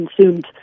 consumed